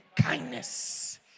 kindness